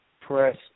press